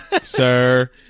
sir